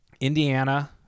Indiana